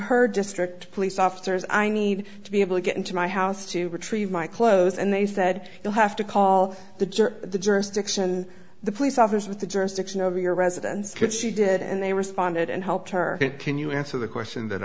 her district police officers i need to be able to get into my house to retrieve my clothes and they said you have to call the jerk the jurisdiction the police office with the jurisdiction over your residence kid she did and they responded and helped her get can you answer the question that